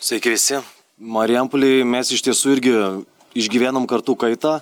sveiki visi marijampolėj mes iš tiesų irgi išgyvenom kartų kaitą